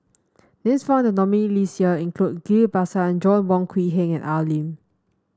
names found in the nominees' list this year include Ghillie Basan Joanna Wong Quee Heng and Al Lim